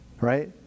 right